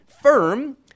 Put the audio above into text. firm